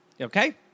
okay